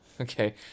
Okay